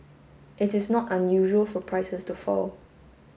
it is not unusual for prices to fall